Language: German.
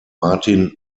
martin